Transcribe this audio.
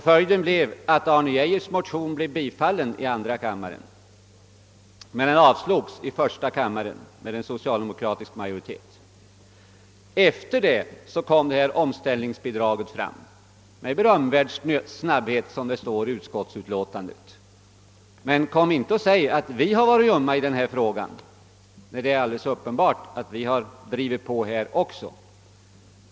Följden blev att Arne Geijers motion bifölls av andra kammaren men avslogs av första kammaren med socialdemokratisk majoritet. Därefter framlades förslaget rörande omställningsbidrag — »med berömvärd snabbhet», som det står i det utskottsutlåtande jag nämnde. Men kom inte och säg att vi varit ljumma i denna fråga, när det är uppenbart att vi drivit på även härvidlag.